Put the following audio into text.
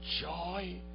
joy